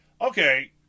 okay